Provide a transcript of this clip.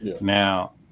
now